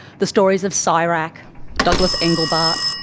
the stories of so csirac, douglas engelbart,